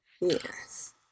Yes